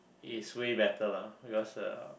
it's way better lah because uh